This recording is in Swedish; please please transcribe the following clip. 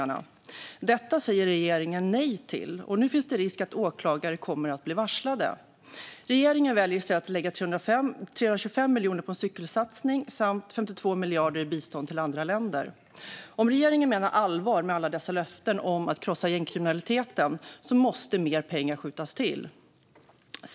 Allt detta säger regeringen nej till. Nu finns det risk att åklagare kommer att bli varslade. Regeringen väljer i stället att lägga 325 miljoner på en cykelsatsning samt 52 miljarder på bistånd till andra länder. Om regeringen menar allvar med alla dessa löften om att krossa gängkriminaliteten måste mer pengar skjutas till.